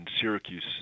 Syracuse